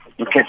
Okay